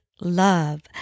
love